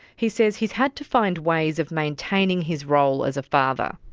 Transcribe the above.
he says he's had to find ways of maintaining his role as a father.